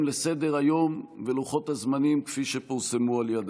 לסדר-היום ולוחות הזמנים שפורסמו על ידם.